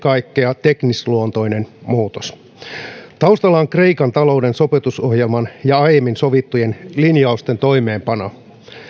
kaikkea teknisluontoinen muutos taustalla on kreikan talouden sopeutusohjelman ja aiemmin sovittujen linjausten toimeenpano